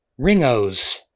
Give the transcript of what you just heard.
Ringos